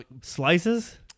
Slices